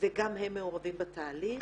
וגם הם מעורבים בתהליך.